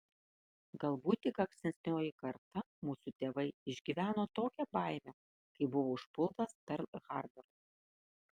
galbūt tik ankstesnioji karta mūsų tėvai išgyveno tokią baimę kai buvo užpultas perl harboras